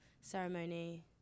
ceremony